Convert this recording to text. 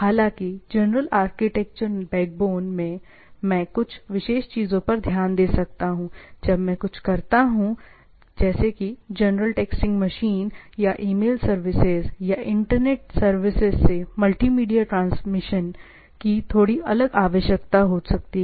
हालांकि general architecture backbone मे मैं कुछ विशेष चीजों पर ध्यान दे सकता हूं जब मैं कुछ करता हूं संदर्भ समय 0431 जैसे कि जनरल टेक्स्टिंग मशीन या ईमेल सर्विसेज या इंटरनेट सर्विसेज से मल्टीमीडिया ट्रांसमिशन की थोड़ी अलग आवश्यकता हो सकती है